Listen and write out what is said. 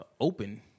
open